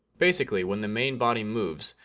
basically when the main body moves,